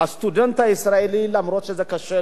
הסטודנט הישראלי, למרות שזה קשה לו,